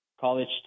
college